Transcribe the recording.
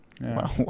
Wow